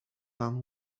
and